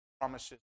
promises